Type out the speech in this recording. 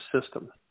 system